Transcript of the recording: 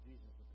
Jesus